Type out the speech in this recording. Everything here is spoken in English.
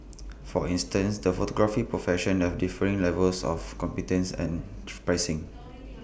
for instance the photography profession have differing levels of competence and pricing